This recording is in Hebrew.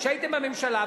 כשהייתם בממשלה,